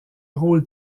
rôle